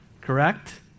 correct